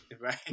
Right